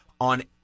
on